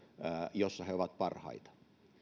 jossa he ovat parhaita